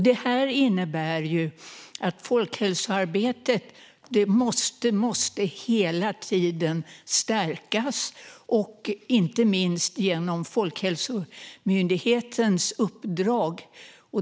Det innebär att folkhälsoarbetet hela tiden måste stärkas, inte minst genom Folkhälsomyndighetens uppdrag.